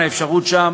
מובן שהאפשרות שם